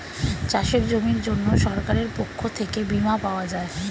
চাষের জমির জন্য সরকারের পক্ষ থেকে বীমা পাওয়া যায়